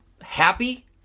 happy